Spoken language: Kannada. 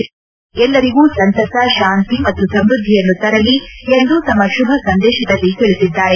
ಈ ಸಂವತ್ಸರ ಎಲ್ಲರಿಗೂ ಸಂತಸ ಶಾಂತಿ ಮತ್ತು ಸಮೃದ್ದಿಯನ್ನು ತರಲಿ ಎಂದು ತಮ್ಮ ಶುಭ ಸಂದೇತದಲ್ಲಿ ತಿಳಿಸಿದ್ದಾರೆ